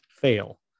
fail